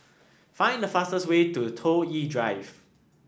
find the fastest way to Toh Yi Drive